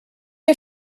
had